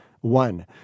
One